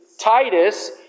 Titus